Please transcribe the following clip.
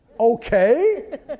Okay